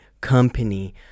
company